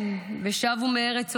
ה', ושבו מארץ אויב,